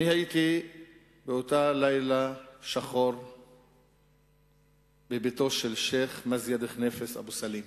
אני הייתי באותו לילה שחור בביתו של שיח' מזיד חניפס אבו סלים בשפרעם.